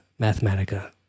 Mathematica